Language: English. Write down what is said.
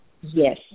Yes